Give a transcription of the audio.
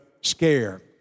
scare